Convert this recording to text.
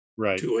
Right